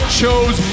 chose